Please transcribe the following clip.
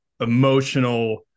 emotional